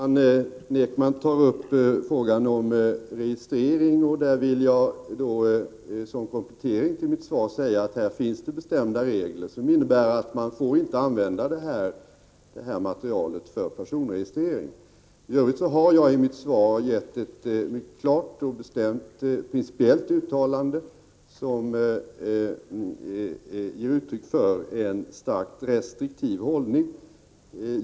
Herr talman! Kerstin Ekman tar upp frågan om registrering. Som komplettering till mitt svar vill jag säga att det här finns bestämda regler som innebär att man inte får använda detta material för personregistrering. I Övrigt har jag i mitt svar gett ett klart och bestämt principiellt uttalande som ger uttryck för en starkt restriktiv hållning.